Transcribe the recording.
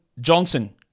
Johnson